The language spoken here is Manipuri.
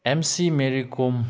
M C Mary Kom